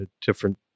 different